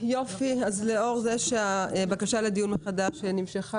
לאור זה שהבקשה לדיון מחדש נמשכה,